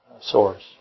source